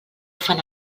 fan